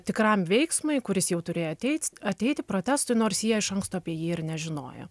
tikram veiksmui kuris jau turėjo ateit ateiti protestui nors jie iš anksto apie jį ir nežinojo